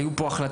היו פה החלטות,